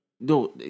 No